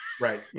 Right